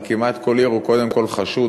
אבל כמעט כל ראש עיר הוא קודם כול חשוד